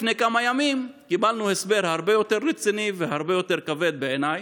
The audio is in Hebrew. לפני כמה ימים קיבלנו הסבר הרבה יותר רציני והרבה יותר כבד בעיניי,